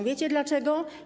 Wiecie dlaczego?